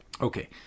Okay